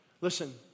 Listen